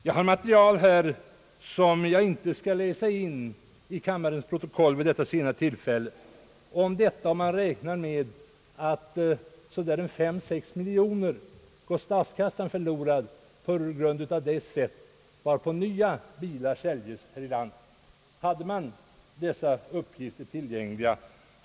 Jag har material här, som jag inte skall läsa in i kammarens protokoll vid denna sena tidpunkt. Man räknar med att 5 å 6 miljoner kronor går förlorade för statskassan på grund av det sätt varpå nya bilar säljs här i landet. Hade man dessa uppgifter tillgängliga?